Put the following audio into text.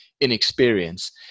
inexperience